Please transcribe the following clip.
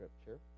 Scripture